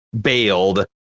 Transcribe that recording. bailed